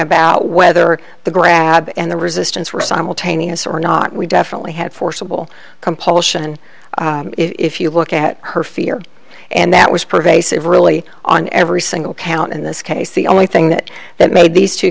about whether the grab and the resistance were simultaneous or not we definitely had forcible compulsion if you look at her fear and that was pervasive really on every single count in this case the only thing that that made these two